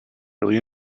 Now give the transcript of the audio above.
really